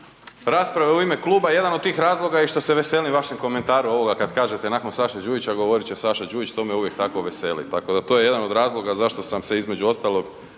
rasprave u ime kluba, jedan od tih razloga je i taj što se veselim vašem komentaru kada kažete nakon Saše Đujića govorit će Saša Đujić, to me uvijek tako veseli, tako da je to jedan od razloga zašto sam se između ostalog